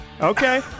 Okay